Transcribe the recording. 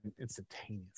instantaneously